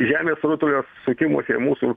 žemės rutulio sukimosi mūsų